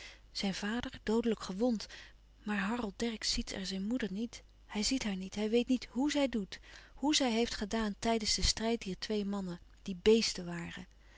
zijn vader doodelijk gewond maar harold dercksz ziet er zijn moeder niet hij ziet haar niet hij weet niet hoè zij doet hoe zij heeft gedaan tijdens den strijd dier twee mannen die bèesten waren